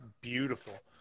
Beautiful